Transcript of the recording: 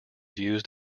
used